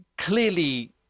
Clearly